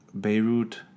Beirut